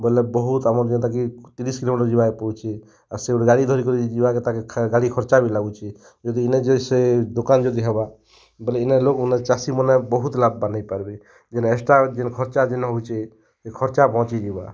ବେଲେ ବହୁତ୍ ଆମର୍ ଯେନ୍ଟାକି ତିରିଶ୍ କିଲୋମିଟର୍ ଯିବାର୍କେ ପଡ଼ୁଛେ ଆର୍ ସେ ଗୁଟେ ଗାଡ଼ି ଧରିକିରି ଯିବାର୍କେ ତାକେ ଗାଡ଼ି ଖର୍ଚ୍ଚା ବି ଲାଗୁଛେ ଯଦି ଇନେ ଯଦି ସେ ଦୁକାନ୍ ଯଦି ହେବା ବେଲେ ଇନେ ଲୋକ୍ମାନେ ଚାଷୀମାନେ ବହୁତ୍ ଲାଭବାନ୍ ହେଇପାର୍ବେ ଯେନ୍ ଏକ୍ସଟ୍ରା ଯେନ୍ ଖର୍ଚ୍ଚା ଯେନ୍ ହେଉଛେ ହେ ଖର୍ଚ୍ଚା ବଞ୍ଚିଯିବା